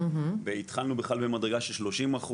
והתחלנו בכלל במדרגה של 30%,